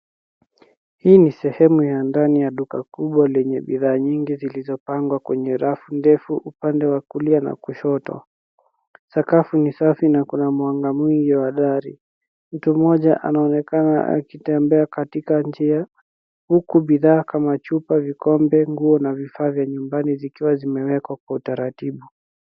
Hii ni sehemu ya ndani ya duka kubwa lenye bidhaa nyingi zilizopangwa kwenye rafu ndefu upande wa kulia na kushoto. Sakafu ni safi na kuna mwanga mwingi wa dari. Mtu mmoja anaonekana akitembea katika njia huku bidhaa kama chupa, vikombe, nguo na vifaa vya nyumbani zikiwa zimewekwa kwa utaratibu.